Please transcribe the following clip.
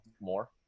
more